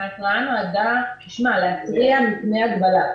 ההתראה נועדה להתריע מפני הגבלה.